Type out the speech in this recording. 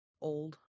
old